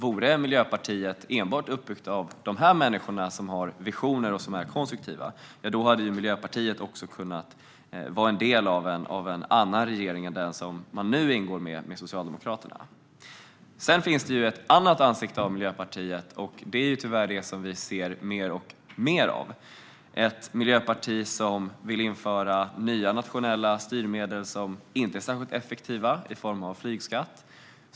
Vore Miljöpartiet enbart uppbyggt av dessa människor, som har visioner och är konstruktiva, hade Miljöpartiet kunnat vara en del av en annan regering än den som man nu ingår i med Socialdemokraterna. Sedan har Miljöpartiet ett annat ansikte, och det ser vi tyvärr mer och mer av. Det är ett miljöparti som vill införa ett nytt nationellt styrmedel i form av flygskatt, vilket inte är särskilt effektivt.